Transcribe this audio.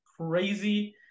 Crazy